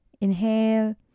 Inhale